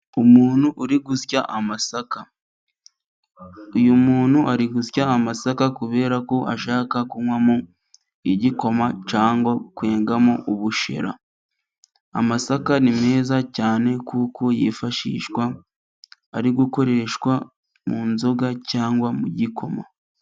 Umuntu uri gusya amasaka, uyu muntu ari gusya amasaka kubera ko ashaka kunywa igikoma cyangwa kwengamo ubushera, amasaka ni meza cyane kuko yifashishwa ari gukoreshwa mu nzoga cyangwa mu gikoma.